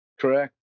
correct